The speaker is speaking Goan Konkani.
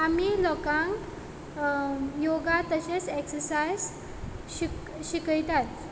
आमी लोकांक योगा तशेंच एक्सर्सायज शिकयतात